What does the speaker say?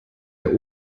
der